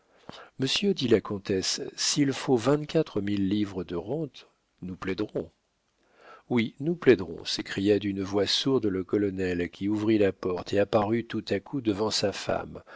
monsieur dit la comtesse s'il faut vingt-quatre mille livres de rente nous plaiderons oui nous plaiderons s'écria d'une voix sourde le colonel qui ouvrit la porte et apparut tout à coup devant sa femme